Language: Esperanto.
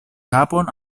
kapon